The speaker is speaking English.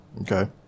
Okay